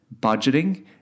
budgeting